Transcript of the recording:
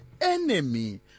enemy